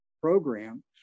program